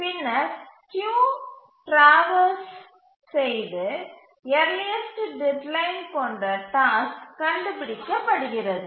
பின்னர் queue traverse செய்து earliest deadline கொண்ட டாஸ்க் கண்டுபிடிக்கப்படுகிறது